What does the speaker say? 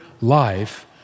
life